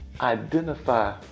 Identify